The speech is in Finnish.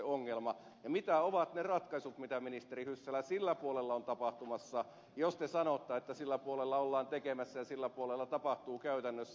ja mitä ovat ne ratkaisut mitä ministeri hyssälä sillä puolella on tapahtumassa jos te sanotte että sillä puolella ollaan tekemässä ja sillä puolella tapahtuu käytännössä